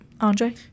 Andre